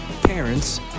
parents